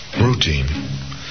Routine